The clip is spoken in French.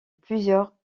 plusieurs